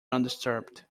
undisturbed